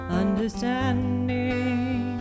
understanding